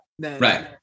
Right